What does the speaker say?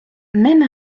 même